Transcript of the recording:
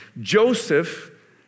Joseph